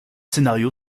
scénario